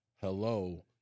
Hello